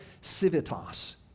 civitas